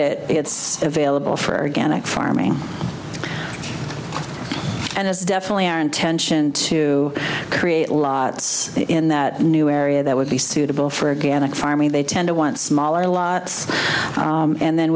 it it's available for again at farming and it's definitely our intention to create lots in that new area that would be suitable for ghana farming they tend to want smaller lots and then